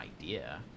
idea